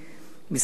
ממשרד הפנים,